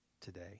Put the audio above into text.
today